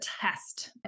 test